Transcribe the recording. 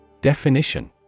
Definition